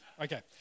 Okay